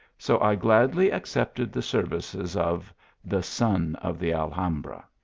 so i gladly accepted the services of the son of the alhambra.